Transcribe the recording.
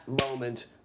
moment